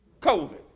COVID